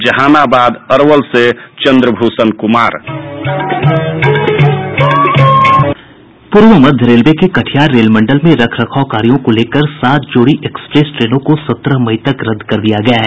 जहानाबाद अरवल से चंद्रभूषण कुमार पूर्व मध्य रेलवे के कटिहार रेलमंडल में रख रखाव कार्यों को लेकर सात जोड़ी एक्सप्रेस ट्रेनों को सत्रह मई तक रद्द कर दिया गया है